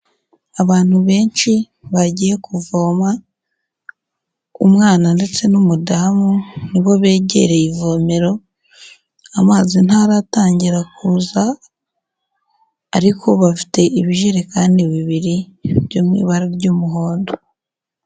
Abantu benshi bagiye kuvoma, umwana ndetse n'umudamu ni bo begereye ivomero, amazi ntaratangira kuza, ariko bafite ibijerekani bibiri byo mu ibara ry'umuhondo.